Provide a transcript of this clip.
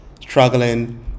struggling